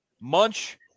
Munch